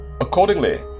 Accordingly